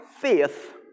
faith